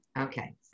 Okay